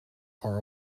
are